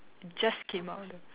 just came out